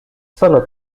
solo